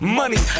money